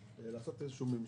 לעשות איזשהו ממשק,